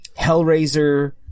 Hellraiser